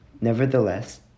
Nevertheless